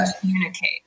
communicate